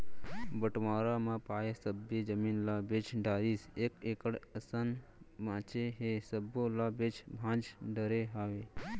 बंटवारा म पाए सब्बे जमीन ल बेच डारिस एक एकड़ असन बांचे हे सब्बो ल बेंच भांज डरे हवय